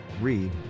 Read